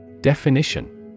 Definition